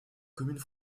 commune